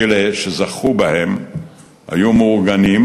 אלה שזכו בהן היו מאורגנים,